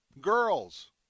girls